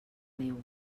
neu